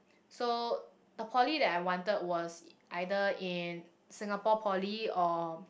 so the poly that I wanted was either in Singapore-Poly or